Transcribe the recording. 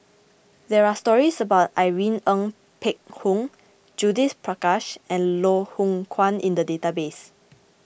there are stories about Irene Ng Phek Hoong Judith Prakash and Loh Hoong Kwan in the database